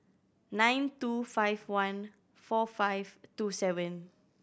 nine two five one four five two seven